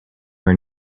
her